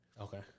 Okay